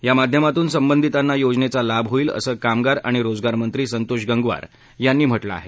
यामाध्यमातून संबधीतांना योजनेचा लाभ होईल असं कामगार आणि रोजगारमंत्री संतोष गंगवार यांनी म्हटलं आहे